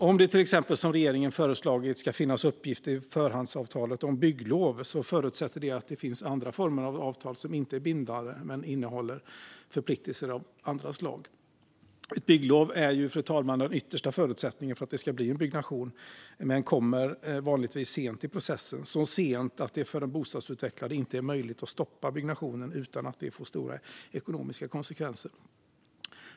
Om det till exempel som regeringen föreslagit ska finnas uppgifter i förhandsavtalet om bygglov förutsätter det att det finns andra former av avtal som inte är bindande men innehåller förpliktelser av andra slag. Fru talman! Ett bygglov är den yttersta förutsättningen för att det ska bli en byggnation. Men bygglovet kommer vanligtvis sent i processen, så sent att det för en bostadsutvecklare inte är möjligt att stoppa byggnationen utan att det får stora ekonomiska konsekvenser.